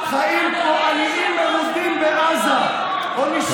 חיים כמו עניים מרודים בעזה או נשחטים,